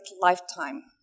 lifetime